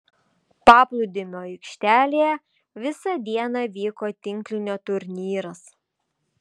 paplūdimio aikštelėje visą dieną vyko tinklinio turnyras